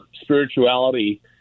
spirituality